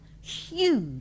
huge